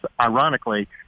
ironically